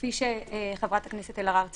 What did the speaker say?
כפי שחברת הכנסת אלהרר ציינה.